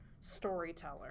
storyteller